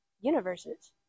universes